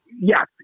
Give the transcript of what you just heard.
yes